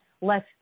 less